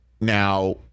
Now